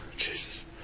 Jesus